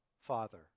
Father